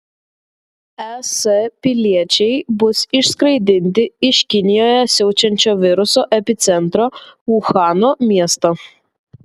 es piliečiai bus išskraidinti iš kinijoje siaučiančio viruso epicentro uhano miesto